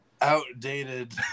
outdated